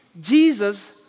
Jesus